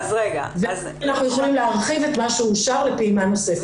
ואם אנחנו יכולים להרחיב את מה שאושר לפעימה נוספת.